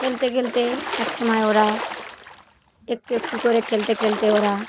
খেলতে খেলতে এক সময় ওরা একটু একটু করে খেলতে খেলতে ওরা